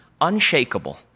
unshakable